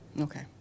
okay